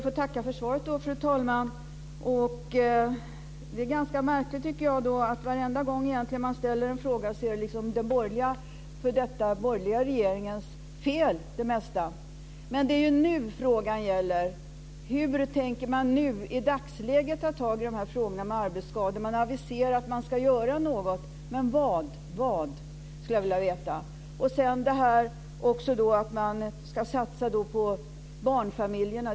Fru talman! Jag ber att få tacka för svaret. Det är ganska märkligt, tycker jag, att varenda gång man ställer en fråga är det mesta den f.d. borgerliga regeringens fel. Det är ju nu frågan gäller. Hur tänker man nu, i dagsläget, ta tag i de här frågorna om arbetsskador? Man har aviserat att man ska göra något. Men vad? Det skulle jag vilja veta. Sedan har vi det här att man ska satsa på barnfamiljerna.